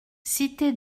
cité